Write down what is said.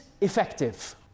effective